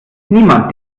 niemand